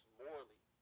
morally